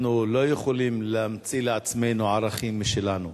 אנחנו לא יכולים להמציא לעצמנו ערכים משלנו.